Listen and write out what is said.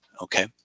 okay